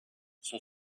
son